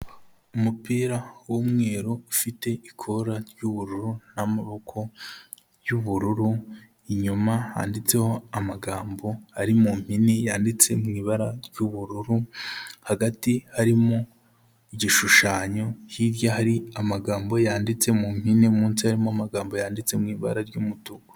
Umupira w'umweru ufite ikora ry'ubururu n'amaboko y'ubururu, inyuma handitseho amagambo ari mu mpine yanditse mu ibara ry'ubururu, hagati harimo igishushanyo, hirya hari amagambo yanditse mu mpine, munsi harimo amagambo yanditse mu ibara ry'umutuku.